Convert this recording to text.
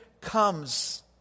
comes